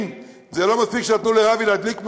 לא מספיק שנתנו לרמי לוי להדליק משואה?